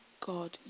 God